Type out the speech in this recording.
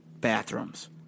bathrooms